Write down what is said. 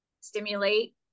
stimulate